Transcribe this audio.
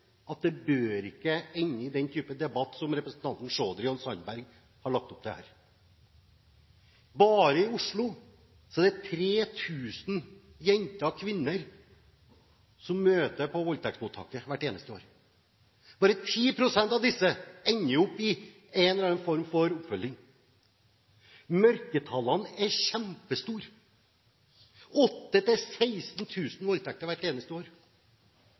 det ikke bør ende opp i den type debatt som representanten Chaudhry og Sandberg her har lagt opp til. Bare i Oslo er det 3 000 jenter og kvinner som møter på voldtektsmottaket hvert eneste år. Bare 10 pst. av disse ender opp i en eller annen form for oppfølging. Mørketallene er kjempestore. 8 000–16 000 voldtekter hvert eneste år.